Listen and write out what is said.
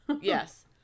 Yes